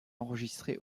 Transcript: enregistré